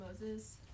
Moses